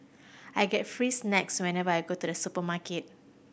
I get free snacks whenever I go to the supermarket